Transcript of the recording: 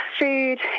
food